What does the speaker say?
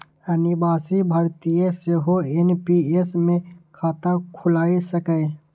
अनिवासी भारतीय सेहो एन.पी.एस मे खाता खोलाए सकैए